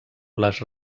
les